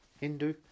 Hindu